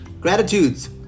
Gratitudes